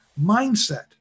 mindset